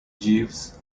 jeeves